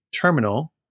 terminal